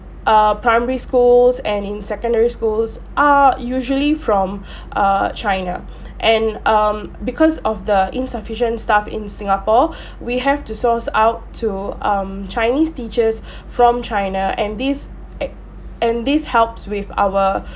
err primary schools and in secondary schools are usually from uh china and um because of the insufficient staff in singapore we have to source out to um chinese teachers from china and this a~ and this helps with our